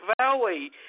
Valley